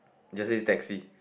just says taxi